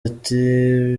ati